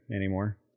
anymore